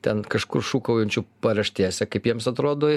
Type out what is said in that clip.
ten kažkur šūkaujančių paraštėse kaip jiems atrodo